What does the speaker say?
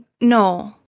no